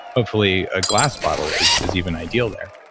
hopefully a glass bottle is is even ideal there.